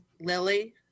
Lily